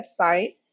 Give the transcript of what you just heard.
website